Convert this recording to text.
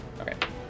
Okay